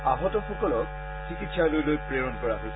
আহতসকলক চিকিৎসালয়লৈ প্ৰেৰণ কৰা হৈছে